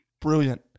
brilliant